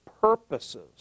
purposes